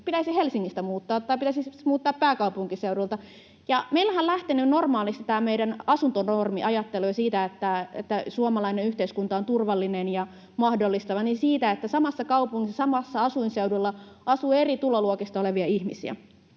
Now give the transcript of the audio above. pitäisi Helsingistä muuttaa tai pitäisi muuttaa pääkaupunkiseudulta? Meillähän on lähtenyt normaalisti tämä meidän asuntonormiajattelu ja se, että suomalainen yhteiskunta on turvallinen ja mahdollistava, siitä, että samassa kaupungissa, samalla asuinseudulla asuu eri tuloluokista olevia ihmisiä,